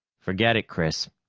forget it, chris,